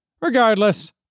Regardless